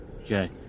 Okay